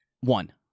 one